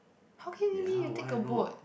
how can it be you take a boat